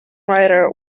writer